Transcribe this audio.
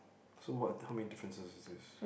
so what how many differences is this